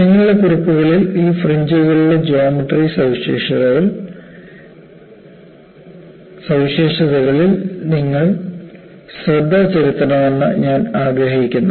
നിങ്ങളുടെ കുറിപ്പുകളിൽ ഈ ഫ്രിഞ്ച്കളുടെ ജ്യോമട്രി സവിശേഷതകളിൽ നിങ്ങൾ ശ്രദ്ധ ചെലുത്തണമെന്ന് ഞാൻ ആഗ്രഹിക്കുന്നു